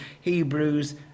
Hebrews